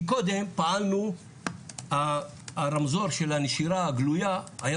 כי קודם פעלנו הרמזור של הנשירה הגלויה היה